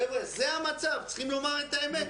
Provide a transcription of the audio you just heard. חבר'ה, זה המצב, צריכים לומר את האמת.